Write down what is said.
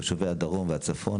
תושבי הצפון,